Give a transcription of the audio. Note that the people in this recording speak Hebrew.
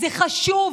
זה חשוב.